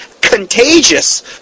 contagious